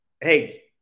Hey